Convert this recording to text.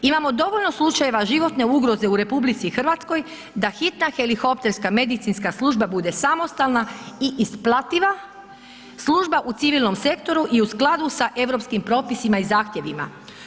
Imamo dovoljno slučajeva životne ugroze u RH da hitna helikopterska medicinska služba bude samostalna i isplativa služba u civilnom sektoru i u skladu sa europskim propisima i zahtjevima.